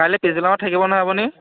কাইলৈ পিছবেলা সময়ত থাকিব নহয় আপুনি